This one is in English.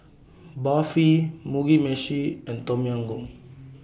Barfi Mugi Meshi and Tom Yam Goong